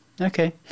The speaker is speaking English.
okay